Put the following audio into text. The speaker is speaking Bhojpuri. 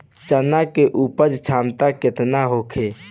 चना के उपज क्षमता केतना होखे?